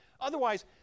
Otherwise